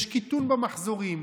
יש קיטון במחזורים,